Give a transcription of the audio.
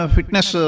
Fitness